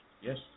Yes